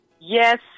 Yes